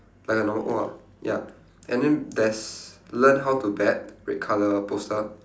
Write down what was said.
like a normal O ah ya and then there's learn how to bet red colour poster